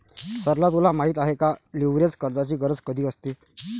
सरला तुला माहित आहे का, लीव्हरेज कर्जाची गरज कधी असते?